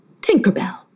Tinkerbell